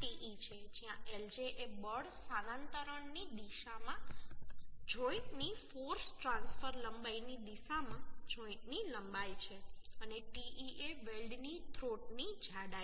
te છે જ્યાં lj એ બળ સ્થાનાંતરણની દિશામાં જોઈન્ટની ફોર્સ ટ્રાન્સફર લંબાઈની દિશામાં જોઈન્ટની લંબાઈ છે અને te એ વેલ્ડની થ્રોટની જાડાઈ છે